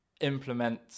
implement